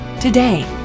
today